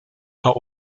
are